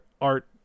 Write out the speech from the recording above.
art